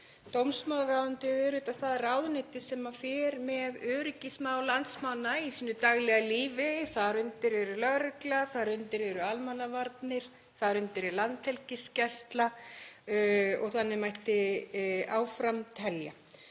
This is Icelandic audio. Dómsmálaráðuneytið er auðvitað það ráðuneyti sem fer með öryggismál landsmanna í sínu daglega lífi. Þar undir eru lögregla, þar undir eru almannavarnir, þar undir er landhelgisgæsla og þannig mætti áfram telja.